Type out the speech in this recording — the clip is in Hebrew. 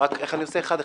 אני עושה אחד אחד,